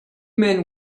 men